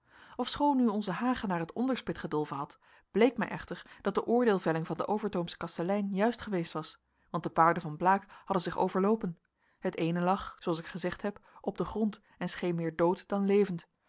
ofschoon nu onze hagenaar het onderspit gedolven had bleek mij echter dat de oordeelvelling van den overtoomschen kastelein juist geweest was want de paarden van blaek hadden zich overloopen het eene lag zooals ik gezegd heb op den grond en scheen meer dood dan levend